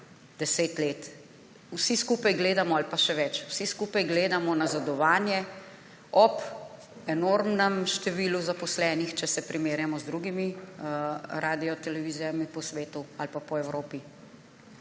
gledalcev traja 10 let ali pa še več. Vsi skupaj gledamo nazadovanje ob enormnem številu zaposlenih, če se primerjamo z drugim radiotelevizijami po svetu ali pa po Evropi.